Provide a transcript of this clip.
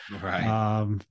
Right